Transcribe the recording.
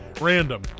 Random